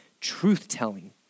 truth-telling